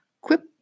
quip